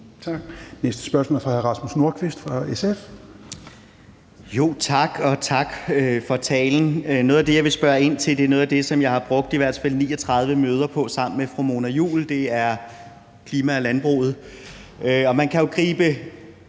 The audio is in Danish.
Nordqvist fra SF. Kl. 16:33 Rasmus Nordqvist (SF): Tak, og tak for talen. Noget af det, jeg vil spørge ind til, er noget, jeg har brugt i hvert fald 39 møder på sammen med fru Mona Juul, og det er klimaet og landbruget. Man kan jo gribe